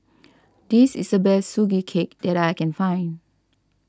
this is the best Sugee Cake that I can find